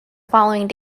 following